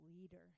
leader